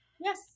Yes